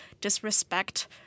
disrespect